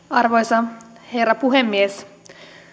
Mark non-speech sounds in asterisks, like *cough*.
*unintelligible* arvoisa herra puhemies